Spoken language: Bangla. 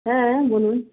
হ্যাঁ বলুন